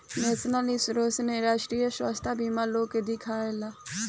national Insurance से राष्ट्रीय स्वास्थ्य बीमा लोग के दियाला